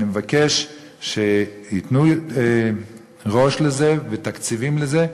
אני מבקש שייתנו ראש לזה ותקציבים לזה,